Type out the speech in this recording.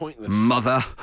Mother